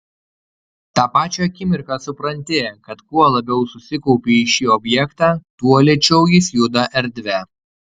tą pačią akimirką supranti kad kuo labiau susikaupi į šį objektą tuo lėčiau jis juda erdve